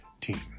team